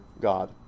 God